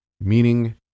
meaning